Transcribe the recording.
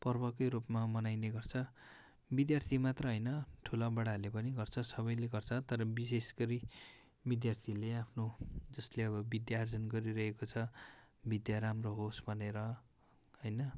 पर्वकै रूपमा मनाइने गर्छ विद्यार्थी मात्र होइन ठुलाबडाले पनि गर्छ सबैले गर्छ तर विशेष गरी विद्यार्थीहरूले आफ्नो जसले अब विद्या अर्जन गरिरहेको छ विद्या राम्रो होस् भनेर होइन